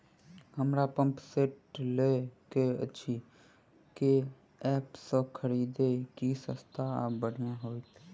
हमरा pump set लय केँ अछि केँ ऐप सँ खरिदियै की सस्ता आ बढ़िया हेतइ?